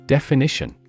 Definition